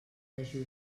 dejú